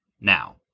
now